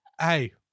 Hey